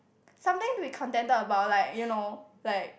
sometimes we contented about like you know like